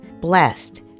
blessed